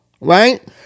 Right